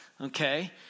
okay